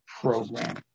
program